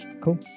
Cool